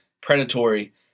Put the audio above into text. predatory